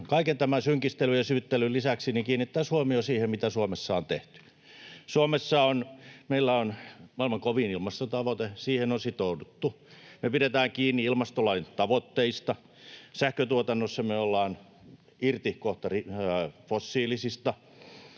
kaiken tämän synkistelyn ja syyttelyn lisäksi kiinnitettäisiin huomio siihen, mitä Suomessa on tehty. Meillä Suomessa on maailman kovin ilmastotavoite, siihen on sitouduttu. Me pidetään kiinni ilmastolain tavoitteista. Sähköntuotannossa me ollaan kohta irti fossiilisista.